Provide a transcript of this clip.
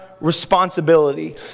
responsibility